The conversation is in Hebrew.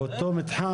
באותו מתחם?